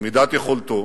במידת יכולתו,